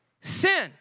sin